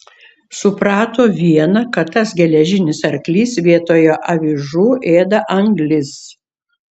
suprato viena kad tas geležinis arklys vietoje avižų ėda anglis